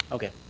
okay.